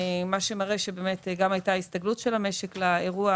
וזה מראה שגם הייתה הסתגלות של המשק לאירוע